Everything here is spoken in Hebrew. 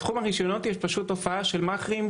בתחום הרישיונות יש תופעה של מאכערים.